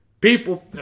People